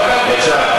בבקשה.